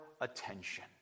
attention